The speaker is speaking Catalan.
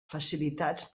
facilitats